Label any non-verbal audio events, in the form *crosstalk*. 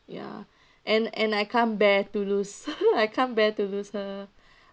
ya and and I can't bear to lose *laughs* I can't bear to lose her